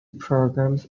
programs